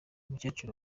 mukecuru